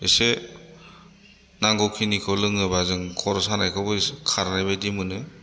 एसे नांगौ खिनिखौ लोङोब्ला जों खर' सानायखौबो एसे खारनाय बायदि मोनो